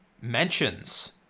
mentions